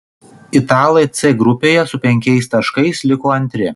italai c grupėje su penkiais taškais liko antri